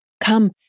Come